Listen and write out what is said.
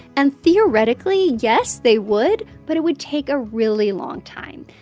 and theoretically, yes, they would, but it would take a really long time.